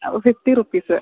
അത് fifty rupees